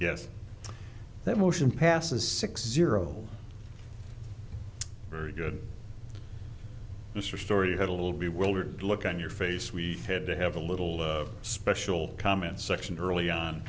yes that motion passes six zero very good mr story had a little the world look on your face we had to have a little special comment section early on